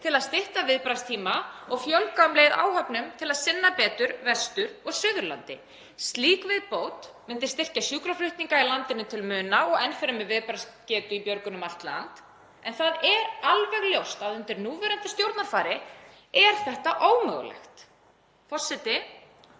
til að stytta viðbragðstíma og fjölga um leið áhöfnum til að sinna betur Vestur- og Suðurlandi. Slík viðbót mundi styrkja sjúkraflutninga í landinu til muna og enn fremur viðbragðsgetu í björgun um allt land. En það er alveg ljóst að undir núverandi stjórnarfari er þetta ómögulegt, forseti.